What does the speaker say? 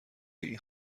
این